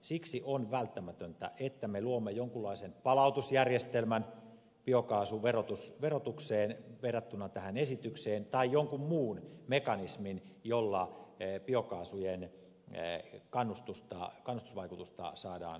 siksi on välttämätöntä että me luomme jonkunlaisen palautusjärjestelmän biokaasun verotukseen verrattuna tähän esitykseen tai jonkun muun mekanismin jolla biokaasujen kannustusvaikutusta saadaan lisättyä